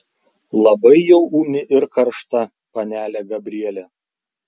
labai jau ūmi ir karšta panelė gabrielė